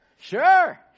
Sure